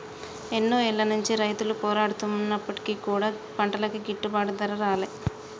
ఎన్నో ఏళ్ల నుంచి రైతులు పోరాడుతున్నప్పటికీ కూడా పంటలకి గిట్టుబాటు ధర రాలే